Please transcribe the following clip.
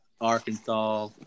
Arkansas